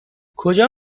کجا